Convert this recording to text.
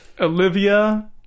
Olivia